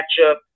matchup